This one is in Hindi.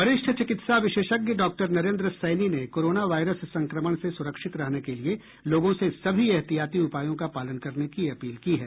वरिष्ठ चिकित्सा विशेषज्ञ डॉक्टर नरेंद्र सैनी ने कोरोना वायरस संक्रमण से सुरक्षित रहने के लिए लोगों से सभी एहतियाती उपायों का पालन करने की अपील की है